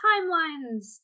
timelines